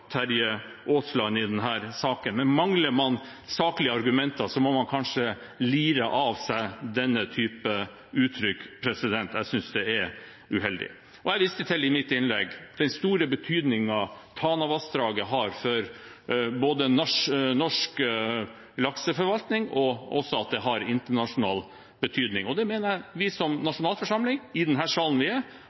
Terje Aasland i denne saken. Men mangler man saklige argumenter, må man kanskje lire av seg denne typen uttrykk. Jeg synes det er uheldig. Jeg viste i mitt innlegg både til den store betydningen Tanavassdraget har for norsk lakseforvaltning, og til at den har internasjonal betydning. Det mener jeg vi i denne salen, som nasjonalforsamling, har plikt til å ta hensyn til. Vi